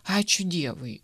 ačiū dievui